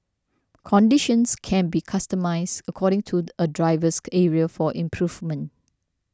conditions can be customised according to a driver's area for improvement